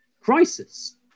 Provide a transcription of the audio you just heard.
crisis